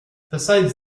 besides